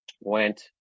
went